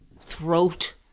Throat